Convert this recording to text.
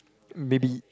maybe